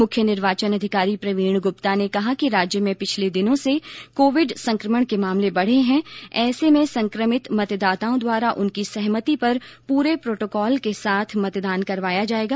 मुख्य निर्वाचन अधिकारी प्रवीण ग्रप्ता ने कहा कि राज्य में पिछले दिनों से कोविड संक्रमण के मामले बढ़े हैँ ऐसे में संक्रमित मतदाताओं द्वारा उनकी सहमति पर पूरे प्रोटोकॉल के साथ मतदान करवाया जाएगा